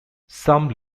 some